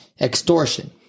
extortion